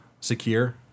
secure